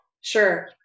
Sure